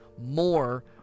more